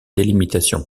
délimitation